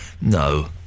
No